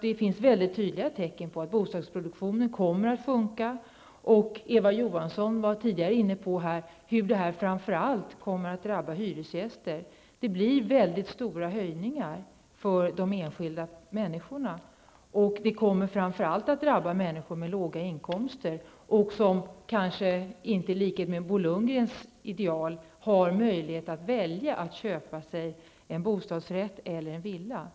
Det finns väldigt tydliga tecken på att bostadsproduktionen kommer att sjunka. Eva Johansson berörde tidigare här hur de olika åtgärderna kommer att drabba framför allt hyresgäster. Det blir väldigt stora höjningar för de enskilda människorna vad gäller boendet. Särskilt kommer människor med låga inkomster att drabbas. Det gäller människor som kanske inte i likhet med vad som är Bo Lundgrens ideal har möjlighet att välja mellan köp av bostadsrätt eller köp av villa.